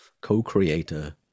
co-creator